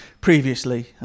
previously